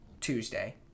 Tuesday